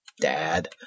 Dad